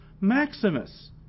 Maximus